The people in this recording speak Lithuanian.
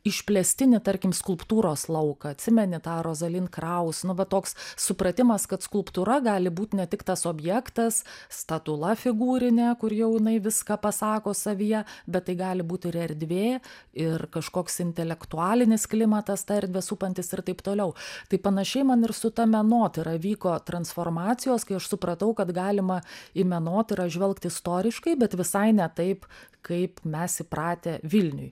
išplėstinį tarkim skulptūros lauką atsimeni tą rozalin kraus nu va toks supratimas kad skulptūra gali būt ne tik tas objektas statula figūrinė kur jau jinai viską pasako savyje bet tai gali būti ir erdvė ir kažkoks intelektualinis klimatas tą erdvę supantis ir taip toliau taip panašiai man ir su ta menotyra vyko transformacijos kai aš supratau kad galima į menotyrą žvelgt istoriškai bet visai ne taip kaip mes įpratę vilniuj